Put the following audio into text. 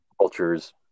cultures